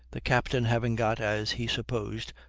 the captain having got, as he supposed,